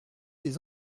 des